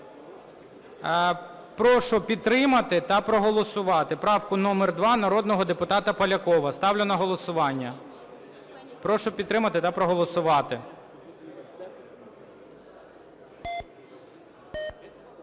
Прошу підтримати та проголосувати правку номер 52 народного депутата Полякова. Ставлю на голосування. Прошу підтримати та проголосувати.